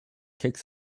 kicks